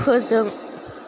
फोजों